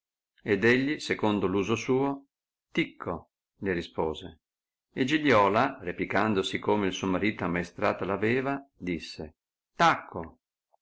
ed egli secondo l'uso suo ticco le rispose e giliola replicando sì come il suo marito ammaestrata l'aveva disse tacco